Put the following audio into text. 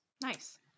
Nice